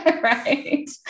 right